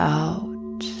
out